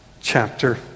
chapter